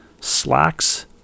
slacks